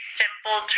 simple